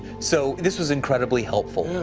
so this was incredibly helpful.